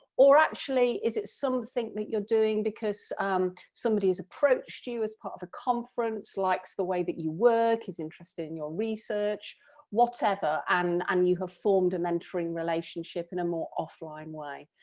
or actually is it something that you're doing because somebody has approached you as part of a conference likes the way that you work, is interested in your research whatever, and um you have formed a mentoring relationship in a more offline way?